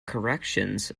corrections